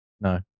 No